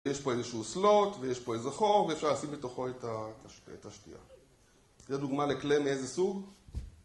יש פה איזשהו Slot ויש פה איזה חור ואפשר לשים לתוכו את השתייה זה דוגמה לכלי מאיזה סוג?